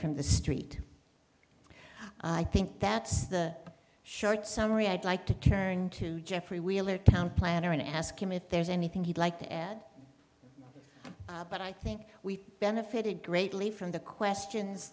from the street i think that's the short summary i'd like to turn to geoffrey wheeler town planner and ask him if there's anything he'd like to add but i think we've benefited greatly from the questions